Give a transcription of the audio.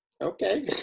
Okay